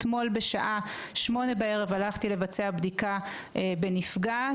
אתמול בשעה 20:00 הלכתי לבצע בדיקה בנפגעת,